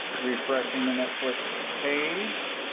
refreshing the netflix page.